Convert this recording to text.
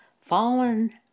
fallen